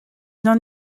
n’en